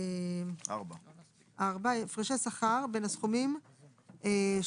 4. (4) הפרשי שכר בין הסכומים ששולמו